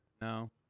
No